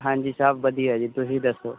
ਹਾਂਜੀ ਸਭ ਵਧੀਆ ਜੀ ਤੁਸੀਂ ਦੱਸੋ